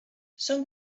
són